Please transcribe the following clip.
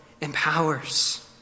empowers